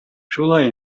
шулай